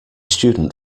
student